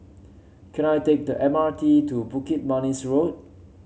can I take the M R T to Bukit Manis Road